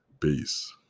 peace